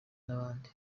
n’abandi